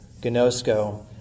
Gnosko